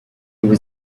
was